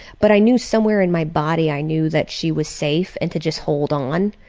but i knew, somewhere in my body i knew that she was safe and to just hold on,